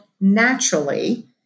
naturally